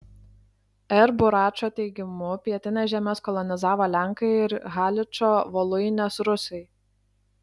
r buračo teigimu pietines žemes kolonizavo lenkai ir haličo voluinės rusai